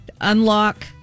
Unlock